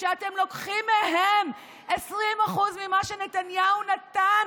כשאתם לוקחים מהם 20% ממה שנתניהו נתן,